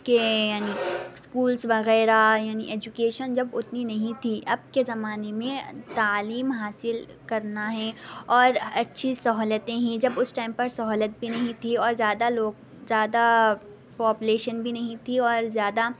کے یعنی اسکولس وغیرہ یعنی ایجوکیشن جب اتنی نہیں تھی اب کے زمانے میں تعلیم حاصل کرنا ہے اور اچھی سہولتیں ہیں جب اس ٹائم پر سہولت بھی نہیں تھی اور زیادہ لوگ زیادہ پاپلیشن بھی نہیں تھی اور زیادہ